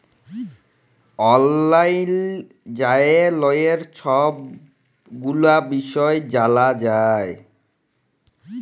অললাইল যাঁয়ে ললের ছব গুলা বিষয় জালা যায়